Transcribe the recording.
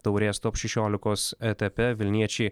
taurės top šešiolikos etape vilniečiai